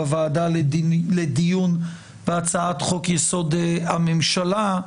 בוועדה לדיון בהצעת חוק יסוד הממשלה,